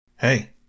Hey